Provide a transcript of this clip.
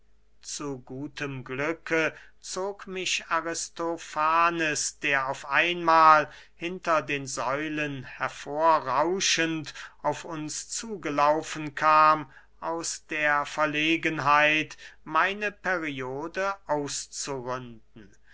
zu gutem glücke zog mich aristofanes der auf einmahl hinter den säulen hervorrauschend auf uns zugelaufen kam aus der verlegenheit meine periode auszuründen